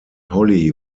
holly